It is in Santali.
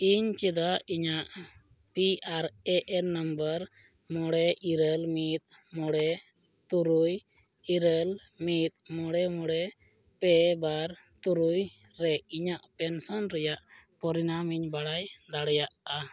ᱤᱧ ᱪᱮᱫᱟᱜ ᱤᱧᱟᱹᱜ P R A N number ᱢᱚᱬᱮ ᱤᱨᱟᱹᱞ ᱢᱤᱫ ᱢᱚᱬᱮ ᱛᱩᱨᱩᱭ ᱤᱨᱟᱹᱞ ᱢᱤᱫ ᱢᱚᱬᱮ ᱢᱚᱬᱮ ᱯᱮ ᱵᱟᱨ ᱛᱩᱨᱩᱭ ᱨᱮ ᱤᱧᱟᱹᱜ ᱯᱮᱱᱥᱚᱱ ᱨᱮᱱᱟᱜ ᱯᱚᱨᱤᱢᱟᱱᱤᱧ ᱵᱟᱲᱟᱭ ᱫᱟᱲᱭᱟᱜᱼᱟ